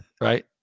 right